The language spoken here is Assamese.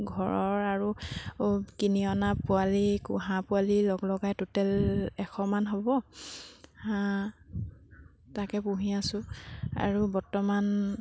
ঘৰৰ আৰু কিনি অনা পোৱালি হাঁহ পোৱালি লগলগাই টুটেল এশমান হ'ব হাঁহ তাকে পুহি আছোঁ আৰু বৰ্তমান